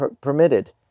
permitted